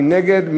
מי נגד?